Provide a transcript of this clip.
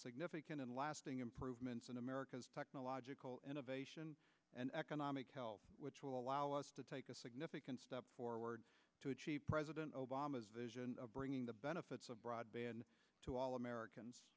significant and lasting improvements in america's technological innovation and economic which will allow us to take a significant step forward to president obama's vision of bringing the benefits of broadband to all americans